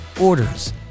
orders